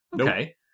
Okay